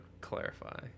clarify